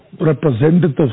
representatives